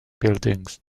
buildings